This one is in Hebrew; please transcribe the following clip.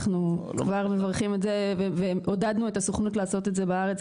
אנחנו כבר מברכים את זה ועודדנו את הסוכנות לעשות את זה בארץ,